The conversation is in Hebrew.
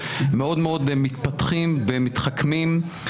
מאוד מאוד מתפתחים ומתחכמים.